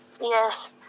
Yes